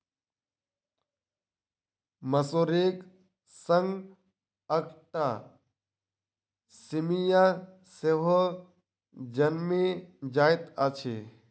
मसुरीक संग अकटा मिसिया सेहो जनमि जाइत अछि